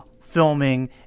filming